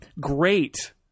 Great